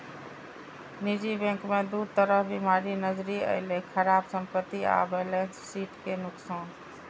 निजी बैंक मे दू तरह बीमारी नजरि अयलै, खराब संपत्ति आ बैलेंस शीट के नुकसान